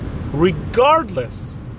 regardless